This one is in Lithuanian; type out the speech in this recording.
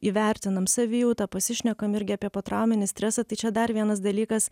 įvertinam savijautą pasišnekam irgi apie potrauminį stresą tai čia dar vienas dalykas